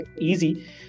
easy